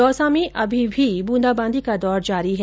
दौसा में अभी भी बूंदा बांदी का दौर जारी है